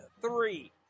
three